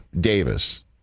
Davis